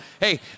Hey